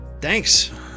Thanks